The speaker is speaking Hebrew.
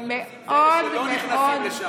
מאוד מאוד,